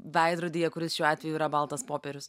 veidrodyje kuris šiuo atveju yra baltas popierius